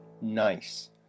Nice